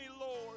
Lord